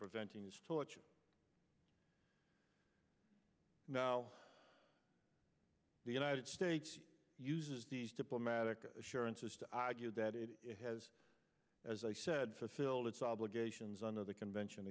preventing his torture now the united states uses these diplomatic assurances to argue that it has as i said fulfilled its obligations under the convention